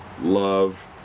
love